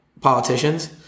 politicians